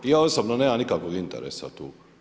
Ja osobno nemam nikakvog interesa tu.